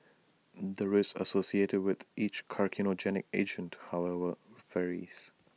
the risk associated with each carcinogenic agent however varies